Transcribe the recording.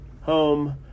home